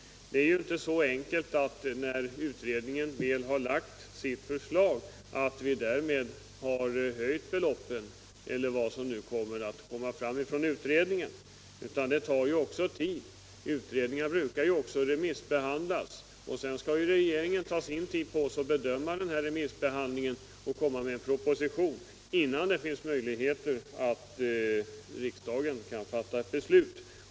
Det är ju inte så enkelt att när utredningen väl har lagt sitt förslag beloppen genast kan höjas. Utredningar brukar ju remissbehandlas och sedan skall regeringen ta sin tid på sig för att bedöma remissbehandlingen och komma med en proposition innan det finns möjligheter att riksdagen kan fatta ett beslut.